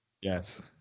Yes